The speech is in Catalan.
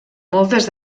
moltes